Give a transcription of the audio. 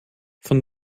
von